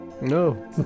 No